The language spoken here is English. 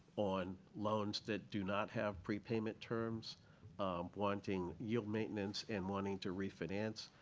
on loans that do not have prepayment terms wanting yield maintenance and wanting to refinance.